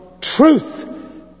truth